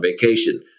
vacation